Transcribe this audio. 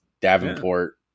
Davenport